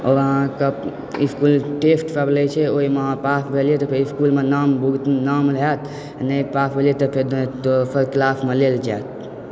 आओर अहाँके इस्कूल टेस्टसभ लए छै ओहिमे अहाँ पास भेलियै तऽ फेर इस्कूलमे नाम होयत नहि पास भेलियै तऽ फेर दोसर क्लासमे लेल जायत